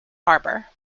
harbor